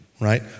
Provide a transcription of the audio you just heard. Right